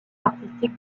artistique